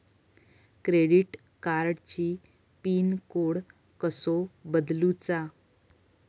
Credit कार्डची pin code कसो बदलुचा?